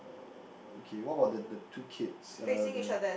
uh okay what about the the two kids uh the